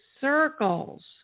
circles